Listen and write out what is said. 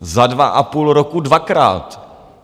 Za dvaapůl roku dvakrát.